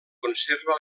conserva